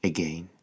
Again